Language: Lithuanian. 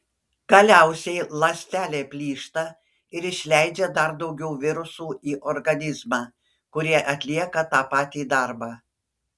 galiausiai ląstelė plyšta ir išleidžia dar daugiau virusų į organizmą kurie atlieka tą patį darbą